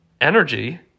energy